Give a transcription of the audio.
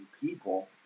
people